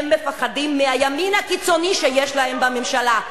הם מפחדים מהימין הקיצוני שיש להם בממשלה.